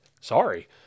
Sorry